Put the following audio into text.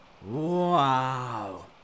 Wow